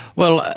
well,